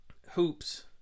Hoops